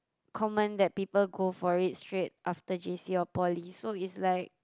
common that people go for it straight after J_C or poly so it's like